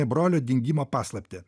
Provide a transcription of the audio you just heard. brolio dingimo paslaptį